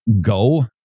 go